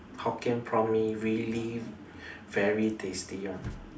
Hokkien Prawn Mee really very tasty [one]